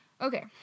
Okay